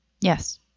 Yes